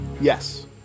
yes